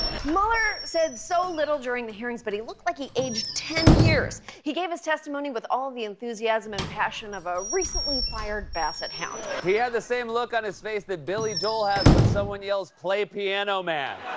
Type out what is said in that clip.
mueller said so little during the hearings, but he looked like he aged ten years. he gave his testimony with all the enthusiasm and passion of a recently fired basset hound. he had the same look on his face that billy joel has when someone yells, play piano man.